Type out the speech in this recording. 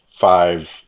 five